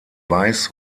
weiß